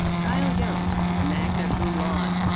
kyle yount, magna cum laude.